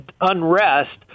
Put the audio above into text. unrest